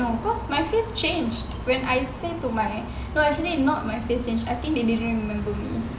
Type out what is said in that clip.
no cause my face change when I say to my no actually not my face change I think he didn't remember me